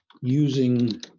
using